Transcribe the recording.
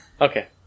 Okay